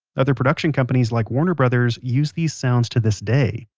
other production companies, like warner brothers, use these sounds to this day.